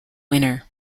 winner